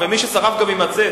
ומי ששרף גם יימצא,